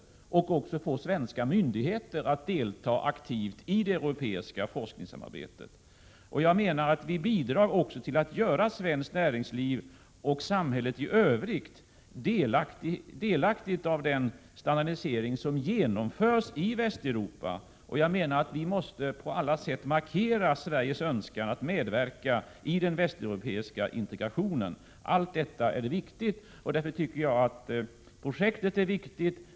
På det sättet kan även svenska myndigheter delta aktivt i det europeiska forskningssamarbetet. Jag menar att vi då bidrar till att låta svenskt näringsliv och samhället i övrigt ta del i den standardisering som genomförs i Västeuropa. Vi måste på alla sätt markera Sveriges önskan att medverka i den västeuropeiska integrationen. Allt detta är viktigt. Därför tycker jag att projektet är viktigt.